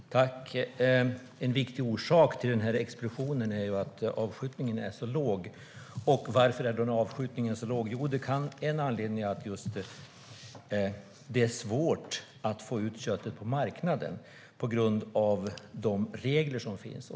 Fru talman! En viktig orsak till explosionen är att avskjutningen är så låg. Varför är då avskjutningen så låg? En anledning är att det är svårt att få ut köttet på marknaden på grund av reglerna.